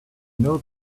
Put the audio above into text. know